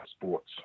sports